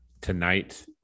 tonight